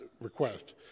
request